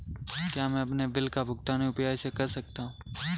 क्या मैं अपने बिल का भुगतान यू.पी.आई से कर सकता हूँ?